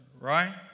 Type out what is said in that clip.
right